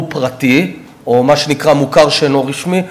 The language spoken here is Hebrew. הוא פרטי, או מה שנקרא מוכר שאינו רשמי.